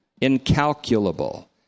incalculable